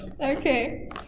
Okay